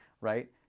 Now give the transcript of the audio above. right